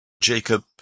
Jacob